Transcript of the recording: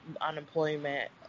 unemployment